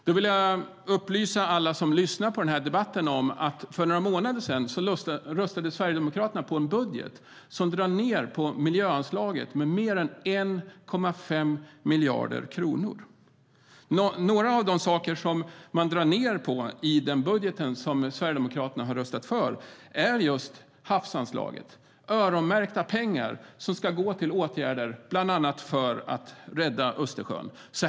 Då vill jag upplysa alla som lyssnar på den här debatten om att Sverigedemokraterna för några månader sedan röstade på en budget där man drar ned miljöanslaget med mer än 1,5 miljarder kronor. En av de saker som man drar ned på i den budget som Sverigedemokraterna har röstat för är just havsanslaget. Det är öronmärkta pengar som ska gå till åtgärder bland annat för att rädda Östersjön.